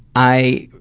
i